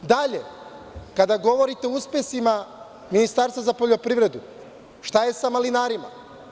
Dalje, kada govorite o uspesima Ministarstva za poljoprivredu, šta je sa malinarima.